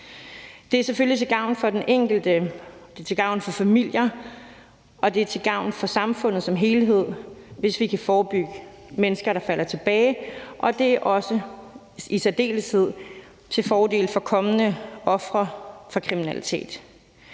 Det er selvfølgelig til gavn for den enkelte, det er til gavn for familier, og det er til gavn for samfundet som helhed, hvis vi kan forebygge, at mennesker falder tilbage. Det er i særdeleshed også til fordel for kommende ofre for kriminalitet.